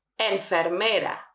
Enfermera